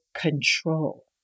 control